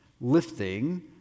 lifting